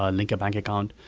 ah link a bank account,